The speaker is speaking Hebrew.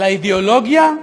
לאידאולוגיה,